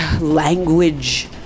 language